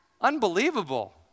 Unbelievable